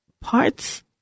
parts